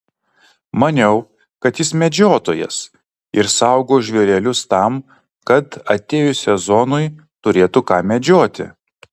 maniau kad jis medžiotojas ir saugo žvėrelius tam kad atėjus sezonui turėtų ką medžioti